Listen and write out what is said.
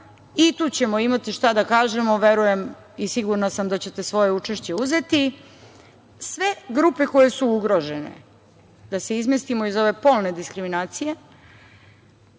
i tu ćemo imati šta da kažemo. Verujem i sigurna sam da ćete svoje učešće uzeti. Sve grupe koje su ugrožene, da se izmestimo iz ove polne diskriminacije,